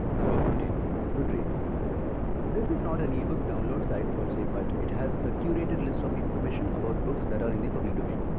fifteen goodreads this is not an ebook download site per se but it has a curated list of information about books that are in the public domain.